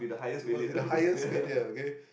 so must be the highest failure okay